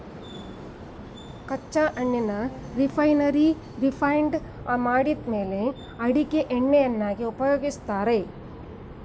ಕಚ್ಚಾ ಎಣ್ಣೆನ ರಿಫೈನರಿಯಲ್ಲಿ ರಿಫೈಂಡ್ ಮಾಡಿದ್ಮೇಲೆ ಅಡಿಗೆ ಎಣ್ಣೆಯನ್ನಾಗಿ ಉಪಯೋಗಿಸ್ತಾರೆ